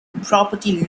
property